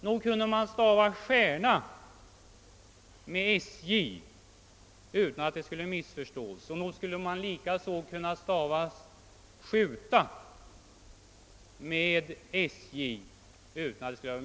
Nog kunde man stava stjärna med sj utan att det skulle missförstås, och nog skulle man väl likaså kunna stava skjuta med sj.